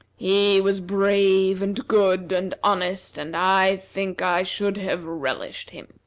he was brave, and good, and honest, and i think i should have relished him.